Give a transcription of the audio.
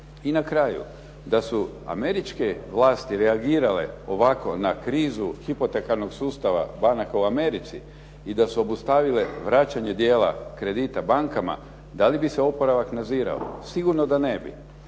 I na kraju. Da su američke vlasti reagirale ovako na krizu hipotekarnog sustava banka u Americi i da su obustavile vraćanje dijela kredita bankama da li bi se oporavak nadzirao, sigurno da ne bi,